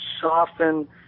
soften